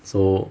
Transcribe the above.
so